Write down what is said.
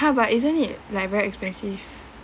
ha but isn't it like very expensive